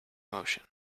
motion